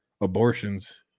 abortions